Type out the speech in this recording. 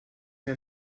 ihr